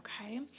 okay